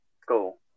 school